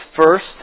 first